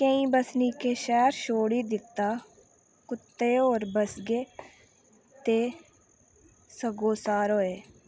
केईं बसनीकें शैह्ऱ छोड़ी दित्ता कुतै होर बस्स गे ते सग्गोसार होए